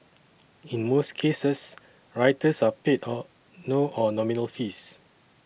in most cases writers are paid or nominal fees